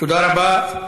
תודה רבה.